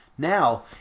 Now